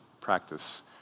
practice